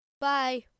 Bye